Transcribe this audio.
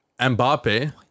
Mbappe